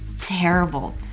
terrible